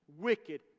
wicked